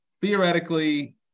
theoretically